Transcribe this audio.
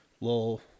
little